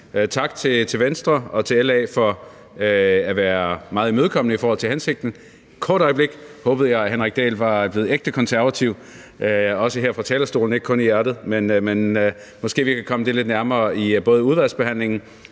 Tak til Venstre og til LA for at være meget imødekommende over for hensigten. Et kort øjeblik håbede jeg, at Henrik Dahl var blevet ægte konservativ, også her på talerstolen og ikke kun i hjertet, men måske kan vi komme det lidt nærmere i udvalgsbehandlingen